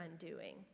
undoing